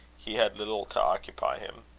he had little to occupy him.